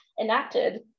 enacted